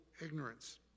ignorance